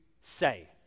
say